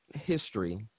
history